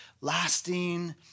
lasting